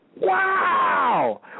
Wow